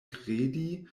kredi